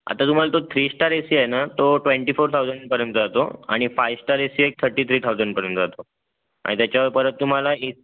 आता तुम्हाला तो थ्री स्टार ए सी आहे न तो ट्वेंटी फोर थाउजंडपर्यंत जातो आणि फाइव स्टार ए सी एक थर्टी थ्री थाउजंडपर्यंत जातो आणि त्याच्यावर परत तुम्हाला ए